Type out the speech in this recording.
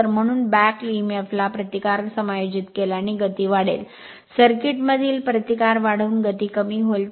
तर म्हणून back emf ला प्रतिकार समायोजित केल्याने गती वाढेल सर्किटमधील प्रतिकार वाढवून गती कमी होईल